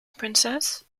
princess